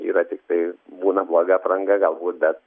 yra tiktai būna bloga apranga galbūt bet